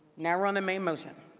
now we're on the main motion.